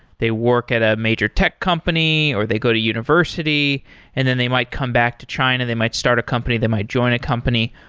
they work at a major tech company or they go to university and then they might come back to china, they might start a company, they might join a company.